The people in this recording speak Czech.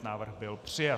Návrh byl přijat.